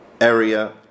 area